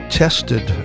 tested